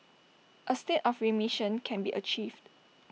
A state of remission can be achieved